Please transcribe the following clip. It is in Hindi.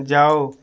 जाओ